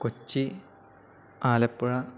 Kochi Alappuzha